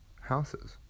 houses